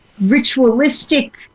ritualistic